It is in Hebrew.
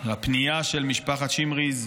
הפנייה של משפחת שמריז,